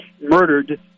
murdered